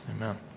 Amen